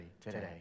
today